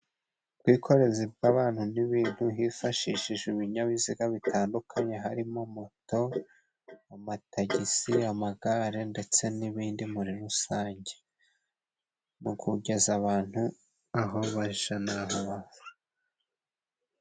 Ubwikorezi bw'abantu n'ibintu hifashishijejwe ibinyabiziga bitandukanye, harimo moto, amatagisi, amagare ndetse n'ibindi muri rusange mu kugeza abantu aho baja n'aho bava.